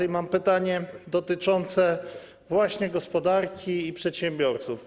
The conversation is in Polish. I mam pytanie dotyczące właśnie gospodarki i przedsiębiorców.